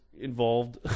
involved